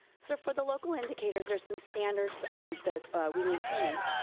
so for the local indicators, there's some standards um that we need to meet.